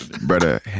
Brother